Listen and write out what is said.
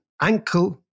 ankle